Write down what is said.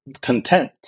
content